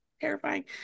terrifying